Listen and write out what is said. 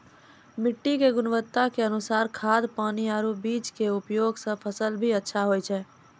मिट्टी के गुणवत्ता के अनुसार खाद, पानी आरो बीज के उपयोग सॅ फसल भी अच्छा होय छै